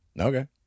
Okay